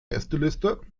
gästeliste